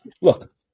look